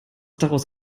daraus